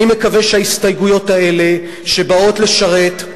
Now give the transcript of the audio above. אני מקווה שההסתייגויות האלה, שבאות לשרת,